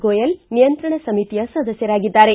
ಗೋಯಲ್ ನಿಯಂತ್ರಣ ಸಮಿತಿಯ ಸದಸ್ಕರಾಗಿದ್ದಾರೆ